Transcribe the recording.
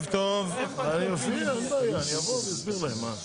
אני אקרא את כל 11 ההצעות ואחר כך נעבור להצבעה.